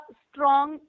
strong